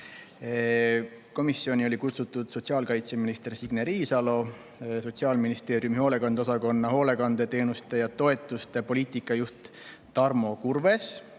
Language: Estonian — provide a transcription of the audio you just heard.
Komisjoni olid kutsutud sotsiaalkaitseminister Signe Riisalo, Sotsiaalministeeriumi hoolekande osakonna hoolekandeteenuste ja -toetuste poliitika juht Tarmo Kurves,